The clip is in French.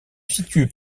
situe